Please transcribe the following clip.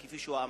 כפי שהוא אמר.